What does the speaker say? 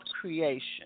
creation